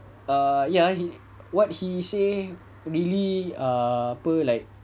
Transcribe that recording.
err ya what he say really err apa like